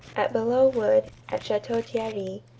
at belleau wood, at chateau-thierry,